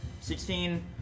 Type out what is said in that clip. Sixteen